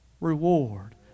reward